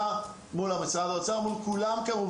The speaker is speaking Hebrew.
-- מול משרד האוצר, כמובן מול כולם.